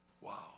Wow